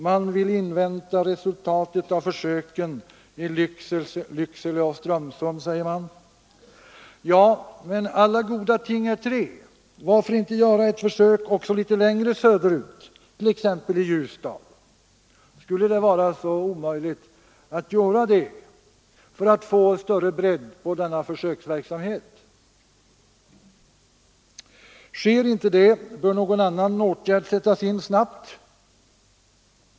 Man vill invänta resultatet av försöken i Lycksele och Strömsund, säger man. Ja, men alla goda ting är tre, varför inte göra ett försök litet längre söderut, t.ex. i Ljusdal? Skulle det vara så omöjligt att göra det för att få större bredd på denna försöksverksamhet? Sker inte det bör någon annan åtgärd sättas in snabbt.